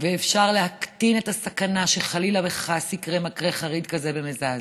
ואפשר להקטין את הסכנה שחלילה וחס יקרה מקרה חריג כזה ומזעזע.